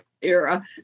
era